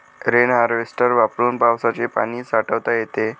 rain harvester वापरून पावसाचे पाणी साठवता येते